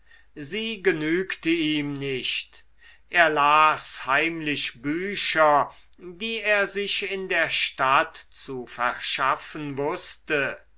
sie genügte ihm nicht er las heimlich bücher die er sich in der stadt zu verschaffen wußte